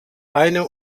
eine